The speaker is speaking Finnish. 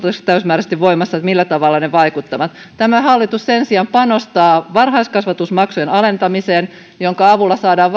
täysimääräisesti voimassa pystytään sanomaan millä tavalla ne vaikuttavat tämä hallitus sen sijaan panostaa varhaiskasvatusmaksujen alentamiseen jonka avulla saadaan